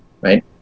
right